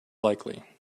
likely